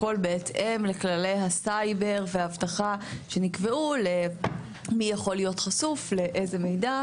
הכל בהתאם לכללי הסייבר והאבטחה שנקבעו למי יכול להיות חשוף לאיזה מידע,